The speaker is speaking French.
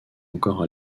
encore